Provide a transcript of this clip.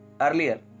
Earlier